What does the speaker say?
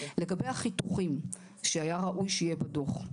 לגבי החיתוכים, שהיה ראוי שיהיה בדוח.